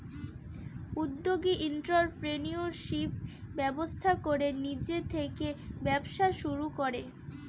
উদ্যোগী এন্ট্ররপ্রেনিউরশিপ ব্যবস্থা করে নিজে থেকে ব্যবসা শুরু করে